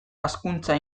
hazkuntza